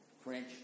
French